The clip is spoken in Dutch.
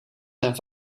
zijn